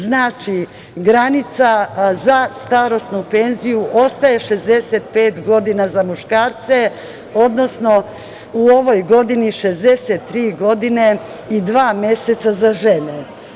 Znači, granica za starosnu penziju ostaje 65 godina za muškarce, odnosno u ovoj godini 63 godine i dva meseca za žene.